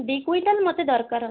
ଦୁଇ କୁଇଣ୍ଟାଲ ମୋତେ ଦରକାର ଅଛି